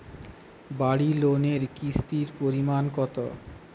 বাড়ি লোনে কিস্তির পরিমাণ কত?